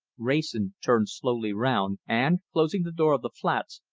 wrayson turned slowly round, and, closing the door of the flats,